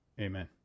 Amen